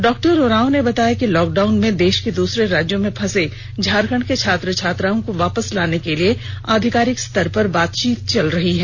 डॉ उरांव ने बताया कि लॉकडाउन में देश को दूसरे राज्यों में फंसे झारखंड के छात्र छात्राओं को वापस लाने के लिए आधिकारिक स्तर पर बातचीत चल रही है